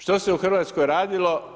Što se u Hrvatskoj radilo?